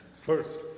first